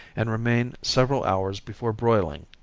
and remain several hours before broiling.